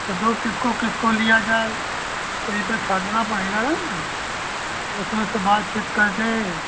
तो दो किसको किसको लिया जाए तो यह तो छाँटना पड़ेगा ना उसमें से बातचीत करके